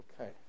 Okay